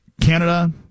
Canada